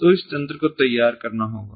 तो इस तंत्र को तैयार करना होगा